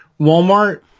Walmart